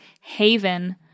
Haven